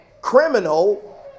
criminal